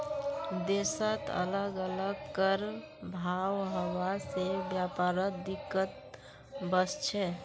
देशत अलग अलग कर भाव हवा से व्यापारत दिक्कत वस्छे